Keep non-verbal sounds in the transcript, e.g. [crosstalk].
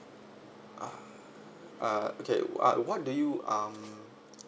[noise] uh okay uh what do you um